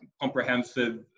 comprehensive